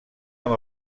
amb